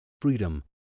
freedom